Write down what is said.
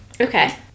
Okay